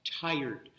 tired